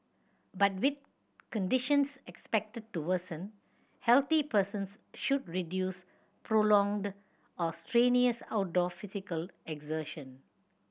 but with conditions expected to worsen healthy persons should reduce prolonged or strenuous outdoor physical exertion